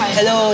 Hello